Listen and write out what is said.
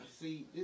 see